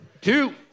two